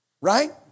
Right